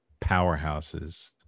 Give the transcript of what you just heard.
powerhouses